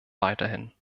weiterhin